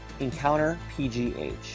EncounterPGH